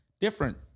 Different